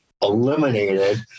eliminated